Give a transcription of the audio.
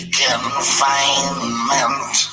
confinement